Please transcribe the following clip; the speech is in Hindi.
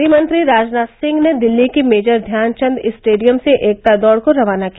गृहमंत्री राजनाथ सिंह ने दिल्ली के मेजर ध्यानचंद स्टेडियम से एकता दौड़ को रवाना किया